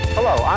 Hello